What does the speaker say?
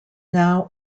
now